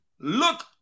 look